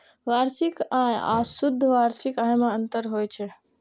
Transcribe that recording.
वार्षिक आय आ शुद्ध वार्षिक आय मे अंतर होइ छै